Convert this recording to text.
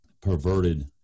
perverted